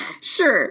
Sure